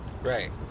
right